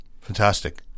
Fantastic